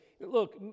Look